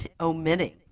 omitting